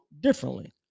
differently